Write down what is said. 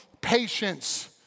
patience